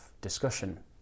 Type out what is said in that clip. discussion